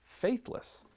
faithless